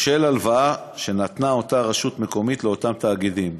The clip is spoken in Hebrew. בשל הלוואה שנתנה אותה רשות מקומית לאותם תאגידים.